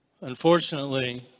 Unfortunately